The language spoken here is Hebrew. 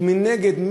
ומנגד,